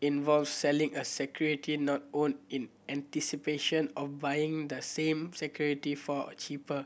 involves selling a security not owned in anticipation of buying the same security for a cheaper